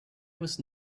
was